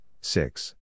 six